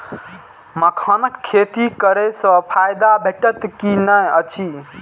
मखानक खेती करे स फायदा भेटत की नै अछि?